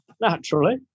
Naturally